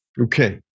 Okay